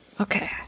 okay